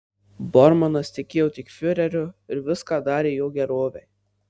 bormanas tikėjo tik fiureriu ir viską darė jo gerovei